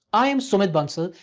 i am sumit bansal,